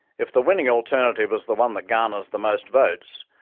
if the winning alternative is the one that garners the most votes,